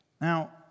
Now